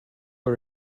are